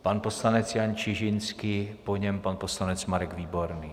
Pan poslanec Jan Čižinský, po něm pan poslanec Marek Výborný.